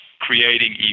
creating